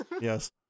yes